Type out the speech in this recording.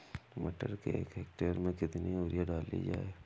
मटर के एक हेक्टेयर में कितनी यूरिया डाली जाए?